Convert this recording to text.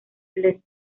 les